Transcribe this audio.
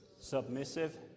submissive